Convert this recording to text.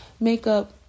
makeup